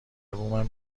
بومم